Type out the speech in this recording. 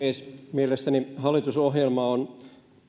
mielestäni hallitusohjelma on